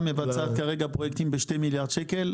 מבצעת כרגע פרויקטים בשני מיליארד שקל,